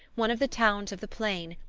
one of the towns of the plain,